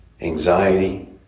anxiety